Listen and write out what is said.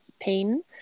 pain